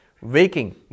Waking